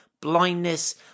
Blindness